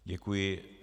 Děkuji.